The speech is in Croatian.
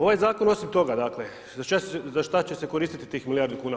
Ovaj zakon osim toga, dakle za šta će se koristiti tih milijardu kuna.